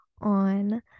on